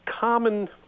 common